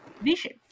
Vision